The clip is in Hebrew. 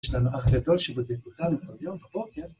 יש לנו אח גדול שבודק אותנו והיום בבוקר